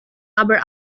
aber